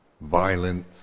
violence